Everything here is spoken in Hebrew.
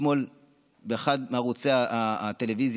באחד מערוצי הטלוויזיה,